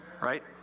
Right